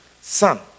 Son